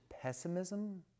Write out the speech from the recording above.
pessimism